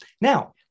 Now